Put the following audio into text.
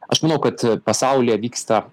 aš manau kad pasaulyje vyksta